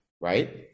right